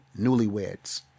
Newlyweds